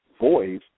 voice